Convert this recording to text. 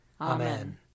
Amen